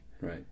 right